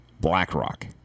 BlackRock